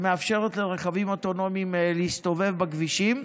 שמאפשרת לרכבים אוטונומיים להסתובב בכבישים,